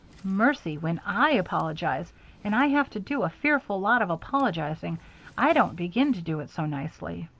mercy, when i apologize and i have to do a fearful lot of apologizing i don't begin to do it so nicely!